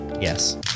yes